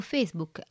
Facebook